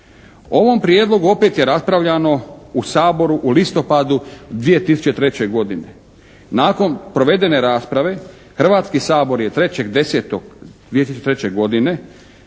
ovom prijedlogu opet je raspravljano u Saboru u listopadu 2003. godine. Nakon provedene rasprave Hrvatski sabor je 3.10.2003. godine,